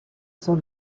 son